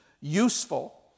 useful